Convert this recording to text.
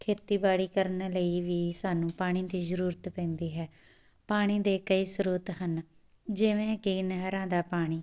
ਖੇਤੀਬਾੜੀ ਕਰਨ ਲਈ ਵੀ ਸਾਨੂੰ ਪਾਣੀ ਦੀ ਜ਼ਰੂਰਤ ਪੈਂਦੀ ਹੈ ਪਾਣੀ ਦੇ ਕਈ ਸਰੋਤ ਹਨ ਜਿਵੇਂ ਕਿ ਨਹਿਰਾਂ ਦਾ ਪਾਣੀ